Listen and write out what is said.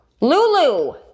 Lulu